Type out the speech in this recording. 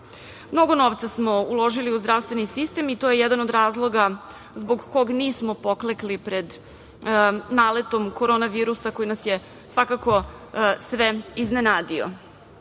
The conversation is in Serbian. Mnogo novca smo uložili u zdravstveni sistem i to je jedan od razloga zbog kog nismo poklekli pred naletom korona virusa koji nas je svakako sve iznenadio. Želim